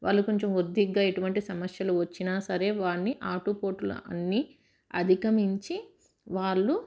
వాళ్ళు కొంచెం ఒద్దికగా ఎటువంటి సమస్యలు వచ్చినా సరే వాటిని ఆటు పోటులు అన్నీ అధిగమించి వాళ్ళు